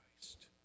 Christ